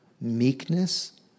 meekness